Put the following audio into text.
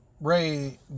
Ray